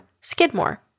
Skidmore